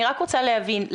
אני רק רוצה להבין,